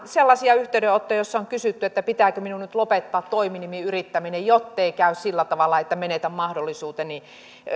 sellaisia yhteydenottoja joissa on kysytty että pitääkö minun nyt lopettaa toiminimiyrittäminen jottei käy sillä tavalla että menetän mahdollisuuteni